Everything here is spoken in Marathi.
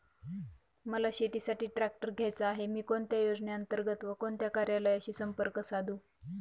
मला शेतीसाठी ट्रॅक्टर घ्यायचा आहे, मी कोणत्या योजने अंतर्गत व कोणत्या कार्यालयाशी संपर्क साधू?